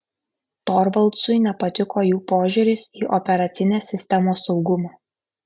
torvaldsui nepatiko jų požiūris į operacinės sistemos saugumą